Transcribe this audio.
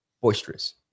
boisterous